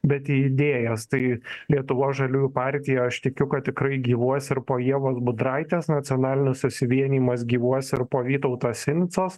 bet į idėjas tai lietuvos žaliųjų partija aš tikiu kad tikrai gyvuos ir po ievos budraitės nacionalinis susivienijimas gyvuos ir po vytauto sinicos